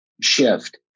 shift